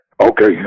Okay